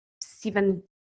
seven